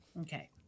Okay